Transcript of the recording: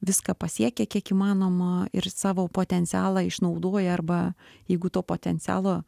viską pasiekę kiek įmanoma ir savo potencialą išnaudoję arba jeigu to potencialo